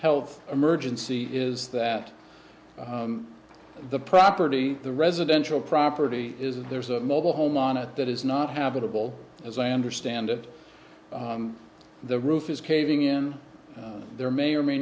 health emergency is that the property the residential property is there's a mobile home on it that is not habitable as i understand it the roof is caving in there may or may